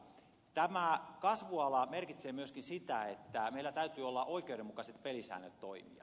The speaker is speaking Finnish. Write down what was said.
tämä kasvuala merkitsee myöskin sitä että meillä täytyy olla oikeudenmukaiset pelisäännöt toimia